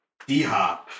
D-Hop